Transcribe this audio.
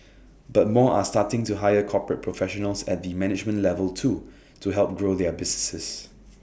but more are starting to hire corporate professionals at the management level too to help grow their businesses